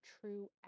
true